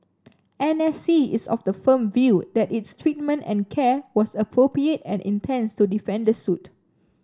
N S C is of the firm view that its treatment and care was appropriate and intends to defend the suit